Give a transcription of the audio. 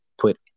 put